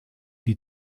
die